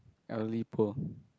elderly poor